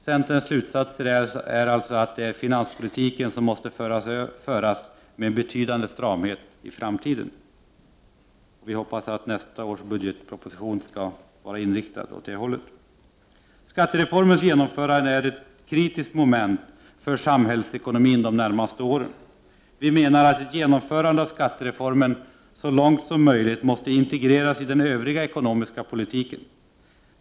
Centerns slutsatser är alltså att det är finanspolitiken som måste föras med betydande stramhet i framtiden. Vi hoppas att nästa års budgetproposition skall ha den inriktningen. Skattereformens genomförande är ett kritiskt moment för samhällsekonomin de närmaste åren. Vi menar att genomförandet av skattereformen så långt som möjligt måste integreras i den övriga ekonomiska politiken.